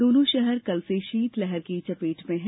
दोनों शहर कल से शीतलहर की चपेट में हैं